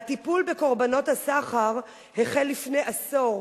הטיפול בקורבנות הסחר החל לפני עשור,